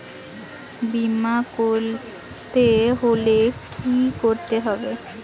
বিমা করতে হলে কি করতে হবে?